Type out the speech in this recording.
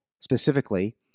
Specifically